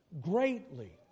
greatly